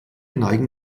neigen